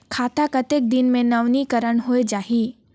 खाता कतेक दिन मे नवीनीकरण होए जाहि??